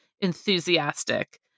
enthusiastic